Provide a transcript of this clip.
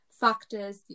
factors